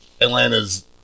Atlanta's –